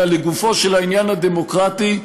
אלא לגופו של העניין הדמוקרטי,